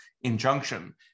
injunction